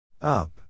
Up